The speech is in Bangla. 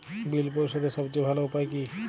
বিল পরিশোধের সবচেয়ে ভালো উপায় কী?